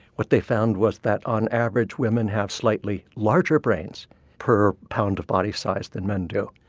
what they found was that on average women have slightly larger brains per pound of body size than men do,